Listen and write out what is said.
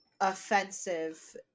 offensive